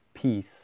Peace